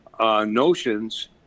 notions